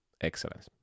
excellence